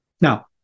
Now